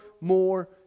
more